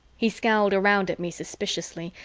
he scowled around at me suspiciously,